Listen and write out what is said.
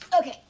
Okay